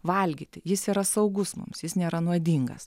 valgyti jis yra saugus mums jis nėra nuodingas